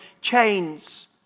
chains